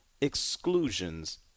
exclusions